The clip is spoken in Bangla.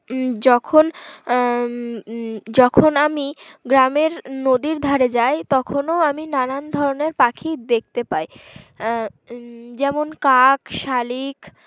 যখনম যখন আমি গ্রামের নদীর ধারে যাই তখনও আমি নানান ধরনের পাখি দেখতে পাইম যেমন কাক শালিক